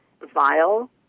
vile